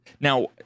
Now